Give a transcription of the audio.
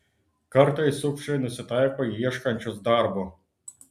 kartais sukčiai nusitaiko į ieškančius darbo